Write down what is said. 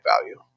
value